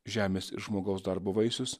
žemės ir žmogaus darbo vaisius